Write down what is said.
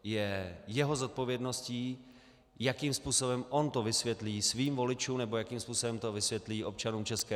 Je jeho zodpovědností, jakým způsoben to vysvětlí svým voličům nebo jakým způsobem to vysvětlí občanům ČR.